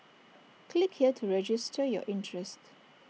click here to register your interest